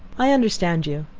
i understand you,